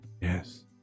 Yes